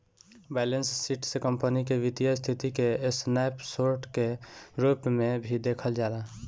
balance sheet से company के वित्तीय स्थिति के स्नैप शोर्ट के रूप में भी देखल जाला